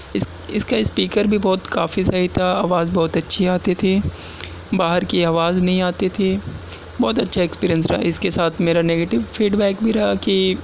اس اس کا اسپیکر بھی بہت کافی صحیح تھا آواز بہت اچھی آتی تھی باہر کی آواز نہیں آتی تھی بہت اچھا ایکسپیرئنس رہا اس کے ساتھ میرا نگیٹو فیڈ بیک بھی رہا کہ